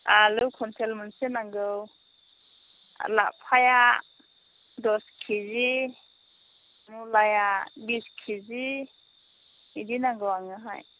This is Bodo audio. आलु कुइन्टेल मोनसे नांगौ लाफाया दस किजि मुलाया बिस किजि बिदि नांगौ आंनोहाय